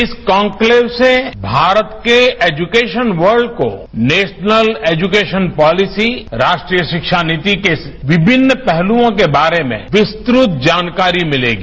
इस कॉनक्लेव से भारत के एजुकेशन वर्ल्ड को नेशनल एजुकेशन पॉलिशी राष्ट्रीय शिक्षा नीति के इस विभिन्न पहलुओं के बारे में विस्तृत जानकारी मिलेगी